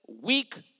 weak